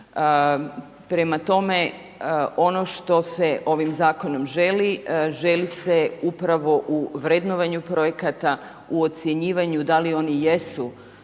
Prema tome, ono što se ovim zakonom želi, želi se upravo u vrednovanju projekata u ocjenjivanju da li oni jesu